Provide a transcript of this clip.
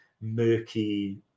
murky